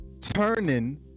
turning